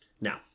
Now